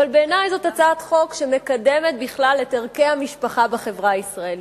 אבל בעיני זאת הצעת חוק שמקדמת בכלל את ערכי המשפחה בחברה הישראלית.